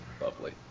Lovely